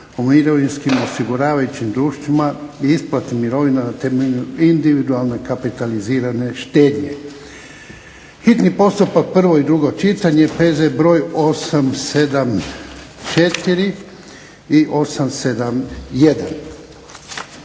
o mirovinskim osiguravajućim društvima i isplati mirovina na temelju individualne kapitalizirane štednje. Nositelji na ovaj način uređenog mirovinskog